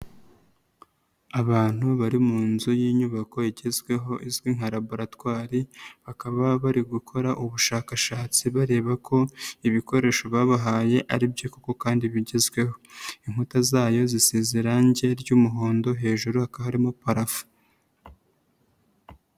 Abantu bari mu nzu y'inyubako igezweho izwi nka laboratwari bakaba bari gukora ubushakashatsi bareba ko ibikoresho babahaye ari byo koko kandi bigezweho, inkuta zayo zisize irangi ry'umuhondo hejuru hakaba harimo parafo.